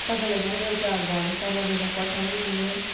तपाईँलाई झन् एउटा भरोसा गरेर पठाएँ मैले